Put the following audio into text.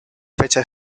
fecha